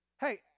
Hey